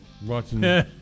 Watching